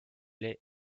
laid